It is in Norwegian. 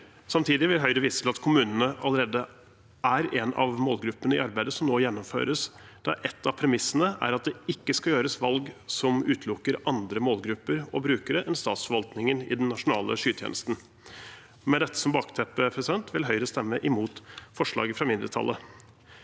Samtidig vil Høyre vise til at kommunene allerede er en av målgruppene i arbeidet som nå gjennomføres, der ett av premissene er at det ikke skal gjøres valg som utelukker andre målgrupper og brukere enn statsforvaltningen i den nasjonale skytjenesten. Med dette som bakteppe vil Høyre stemme imot forslaget fra mindretallet.